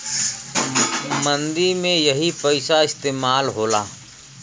मंदी में यही पइसा इस्तेमाल होला